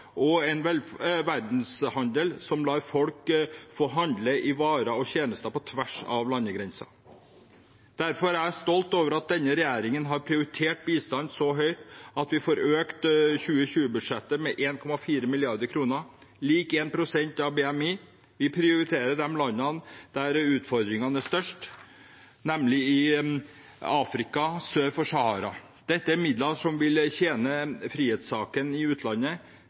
og en verdenshandel som lar folk få handle varer og tjenester på tvers av landegrenser. Derfor er jeg stolt over at denne regjeringen har prioritert bistand så høyt at vi får økt 2020-budsjettet med 1,4 mrd. kr, lik 1 pst. av BNI. Vi prioriterer de landene der utfordringene er størst, nemlig i Afrika sør for Sahara. Dette er midler som vil tjene frihetssaken i utlandet,